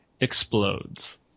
explodes